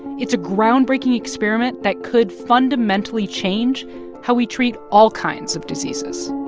it's a groundbreaking experiment that could fundamentally change how we treat all kinds of diseases